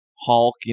Hulk